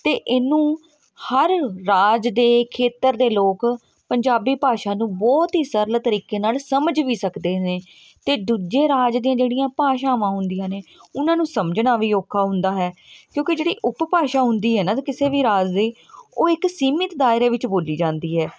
ਅਤੇ ਇਹਨੂੰ ਹਰ ਰਾਜ ਦੇ ਖੇਤਰ ਦੇ ਲੋਕ ਪੰਜਾਬੀ ਭਾਸ਼ਾ ਨੂੰ ਬਹੁਤ ਹੀ ਸਰਲ ਤਰੀਕੇ ਨਾਲ ਸਮਝ ਵੀ ਸਕਦੇ ਨੇ ਅਤੇ ਦੂਜੇ ਰਾਜ ਦੀਆਂ ਜਿਹੜੀਆਂ ਭਾਸ਼ਾਵਾਂ ਹੁੰਦੀਆਂ ਨੇ ਉਹਨਾਂ ਨੂੰ ਸਮਝਣਾ ਵੀ ਔਖਾ ਹੁੰਦਾ ਹੈ ਕਿਉਂਕਿ ਜਿਹੜੇ ਉਪਭਾਸ਼ਾ ਹੁੰਦੀ ਹੈ ਨਾ ਕਿਸੇ ਵੀ ਰਾਜ ਦੀ ਉਹ ਇੱਕ ਸੀਮਿਤ ਦਾਇਰੇ ਵਿੱਚ ਬੋਲੀ ਜਾਂਦੀ ਹੈ